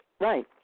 Right